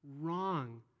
Wrong